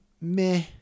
Meh